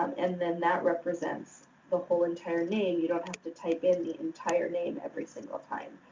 and then that represents the whole entire name. you don't have to type in the entire name every single time,